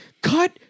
Cut